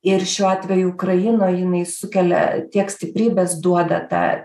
ir šiuo atveju ukraina jinai sukelia tiek stiprybės duoda tą